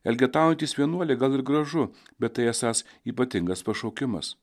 elgetaujantys vienuoliai gal ir gražu bet tai esąs ypatingas pašaukimas